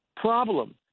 Problem